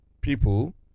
people